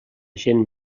gent